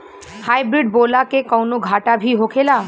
Hybrid बोला के कौनो घाटा भी होखेला?